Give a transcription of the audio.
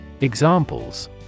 Examples